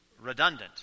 redundant